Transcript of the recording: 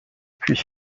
puis